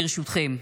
ברשותכם.